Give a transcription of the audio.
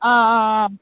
ஆ ஆ ஆ